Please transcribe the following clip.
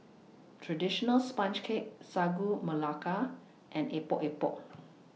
Traditional Sponge Cake Sagu Melaka and Epok Epok